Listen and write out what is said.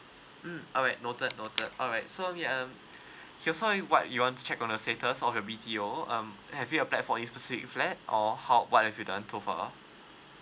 mm alright noted noted alright so um okay so uh what you want to check on the status of your B_T_O um have you applied for a specific flat or how what have you done so far